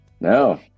No